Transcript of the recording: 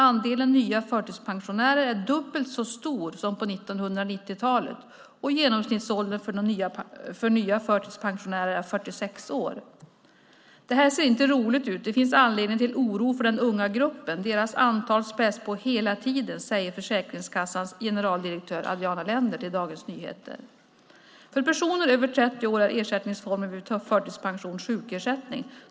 Andelen nya förtidspensionärer är dubbelt så stor som på 1990-talet och genomsnittsåldern för nya förtidspensionärer är 46 år. Det här ser inte roligt ut. Det finns anledning till oro för den unga gruppen. Deras antal späs på hela tiden, säger Försäkringskassans generaldirektör Adriana Lender till Dagens Nyheter. För personer över 30 år är ersättningsformen vid förtidspension sjukersättning.